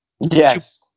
Yes